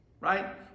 right